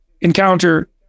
encounter